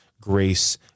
grace